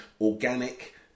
organic